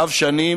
רב-שנים,